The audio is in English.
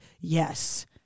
yes